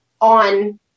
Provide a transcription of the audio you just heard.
on